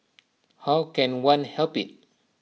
how can one help IT